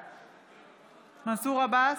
בעד מנסור עבאס,